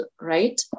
right